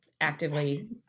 actively